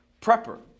Prepper